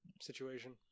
situation